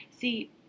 See